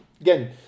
Again